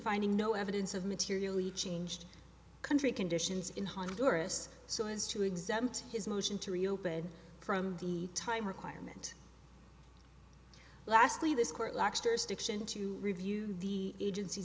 finding no evidence of materially changed country conditions in honduras so as to exempt his motion to reopen from the time requirement lastly this court lobster's stiction to review the agency